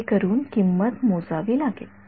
हे करून किंमत मोजावी लागेल